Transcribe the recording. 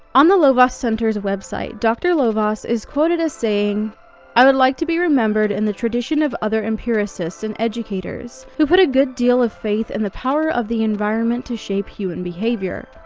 on the lovaas center's website, dr. lovaas is quoted as saying i would like to be remembered in the tradition of other empiricists and educators who put a good deal of faith in the power of the environment to shape human behavior.